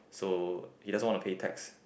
so he doesn't want to pay tax